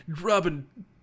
Robin